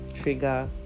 trigger